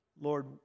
Lord